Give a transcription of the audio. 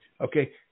Okay